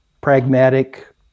pragmatic